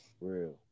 real